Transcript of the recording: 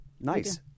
Nice